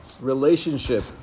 relationship